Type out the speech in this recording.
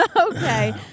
okay